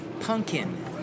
Pumpkin